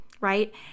Right